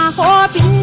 bobby